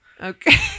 Okay